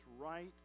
right